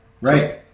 right